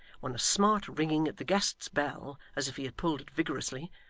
when a smart ringing at the guest's bell, as if he had pulled it vigorously,